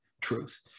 truth